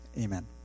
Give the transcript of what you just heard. Amen